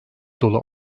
dolu